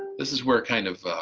this is where kind of